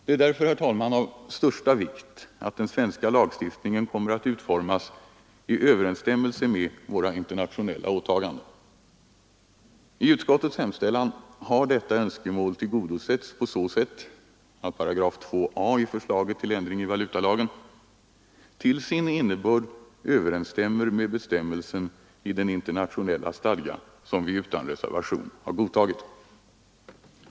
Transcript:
Det är därför, herr talman, av största vikt att den svenska lagstiftningen kommer att utformas i överensstämmelse med våra internationella åtaganden. I utskottets hemställan har detta önskemål tillgodosetts på så sätt att § 2a i förslaget till ändring i valutalagen till sin innebörd överensstämmer med bestämmelsen i den internationella stadga som vi utan reservation har godtagit.